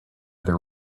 their